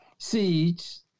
Seeds